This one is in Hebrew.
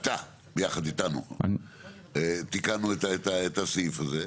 אתה ביחד איתנו תיקנו את הסעיף הזה,